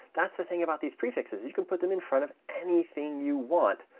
that's the thing about these prefixes. you can put them in front of anything you want,